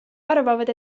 arvavad